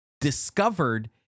discovered